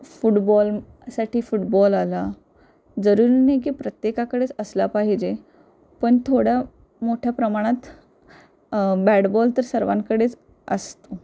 फुटबॉलसाठी football आला जरूरी नाही की प्रत्येकाकडेच असला पाहिजे पण थोडं मोठ्या प्रमाणात बॅड बॉल तर सर्वांकडेच असतो